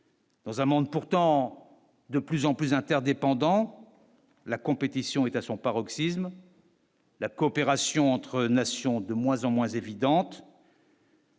Dans un monde pourtant de plus en plus interdépendant, la compétition est à son paroxysme. La coopération entre nations, de moins en moins évidente.